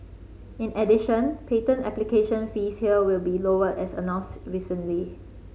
in addition patent application fees here will be lowered as announced recently